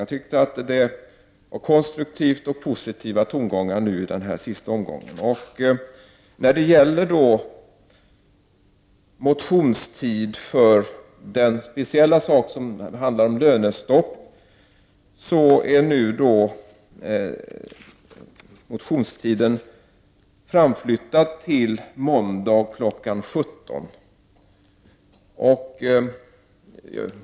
Jag tycker att det var konstruktiva och positiva tongångar som kom fram i den här sista omgången. Motionstiden när det gäller lönestoppet har nu förlängts till måndag kl. 17.00.